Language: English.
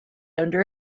under